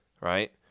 Right